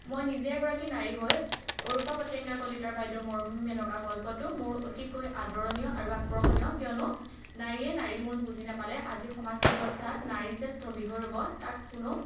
মই নিজে এগৰাকী নাৰী হৈ অৰুপা পত্ৰেংগীয়া কলিতা বাইদেউৰ মৰুভূমিত মেনকা গল্পটো মোৰ অতিকৈ আদৰণীয় আৰু আকৰ্ষণীয় কিয়নো নাৰীয়ে নাৰীৰ মূল বুজি নাপালে আজিৰ সমাজ ব্যৱস্থাত নাৰী যে স্থবিৰ ৰ'ব তাক কোনেও